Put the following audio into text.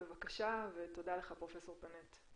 בבקשה, ותודה לך פרופ' פנט.